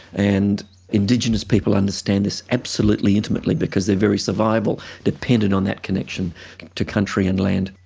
and indigenous people understand this absolutely intimately, because their very survival depended on that connection to country and land.